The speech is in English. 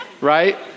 right